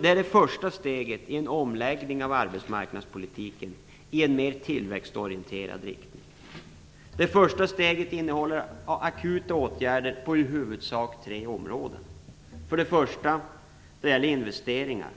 Det är det första steget i en omläggning av arbetsmarknadspolitiken i en mer tillväxtorienterad riktning. Det första steget innehåller akuta åtgärder på i huvudsak tre områden. Först och främst är det investeringar.